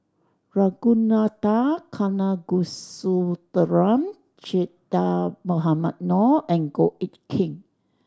Ragunathar Kanagasuntheram Che Dah Mohamed Noor and Goh Eck Kheng